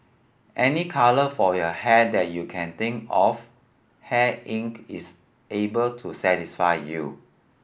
any colour for your hair that you can think of Hair Inc is able to satisfy you